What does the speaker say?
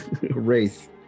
Wraith